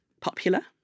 popular